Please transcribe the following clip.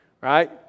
right